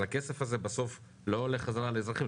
אבל הכסף הזה בסוף לא הולך חזרה לאזרחים,